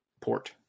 port